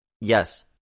Yes